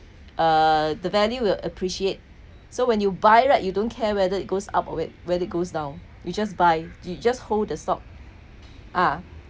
uh the value will appreciate so when you buy right you don't care whether it goes up or it when it goes down you just buy you just hold the stock ah